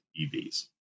evs